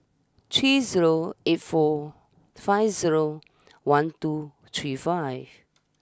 three zero eight four five zero one two three five